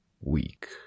weak